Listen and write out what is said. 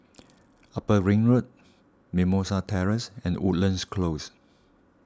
Upper Ring Road Mimosa Terrace and Woodlands Close